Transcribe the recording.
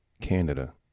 Canada